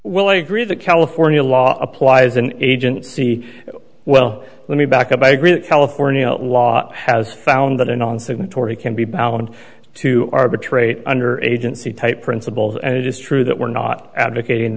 well i agree the california law applies an agent see well let me back up by agree that california law has found that a non signatory can be bound to arbitrate under agency type principle and it is true that we're not advocating